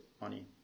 money